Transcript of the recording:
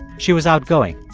she was outgoing,